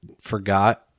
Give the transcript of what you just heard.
forgot